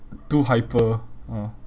too hyper ah